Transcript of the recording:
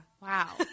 Wow